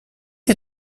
ihr